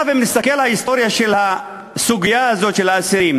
אם אני מסתכל על ההיסטוריה של הסוגיה הזאת של האסירים